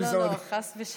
לא לא לא, חס ושלום.